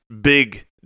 big